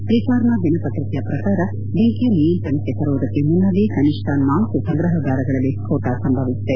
Reforma ದಿನ ಪತ್ರಿಕೆಯ ಪ್ರಕಾರ ಬೆಂಕಿ ನಿಯಂತ್ರಣಕ್ಕೆ ತರುವುದಕ್ಕೆ ಮುನ್ನವೇ ಕನಿಷ್ಟ ನಾಲ್ಕು ಸಂಗ್ರಹಾಗಾರಗಳಲ್ಲಿ ಸ್ಕೋಟ ಸಂಭವಿಸಿದೆ